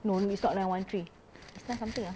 no it's not nine one three is nine something ah